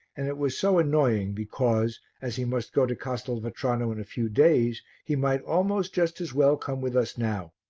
and it was so annoying because, as he must go to castelvetrano in a few days, he might almost just as well come with us now.